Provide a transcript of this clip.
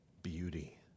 Beauty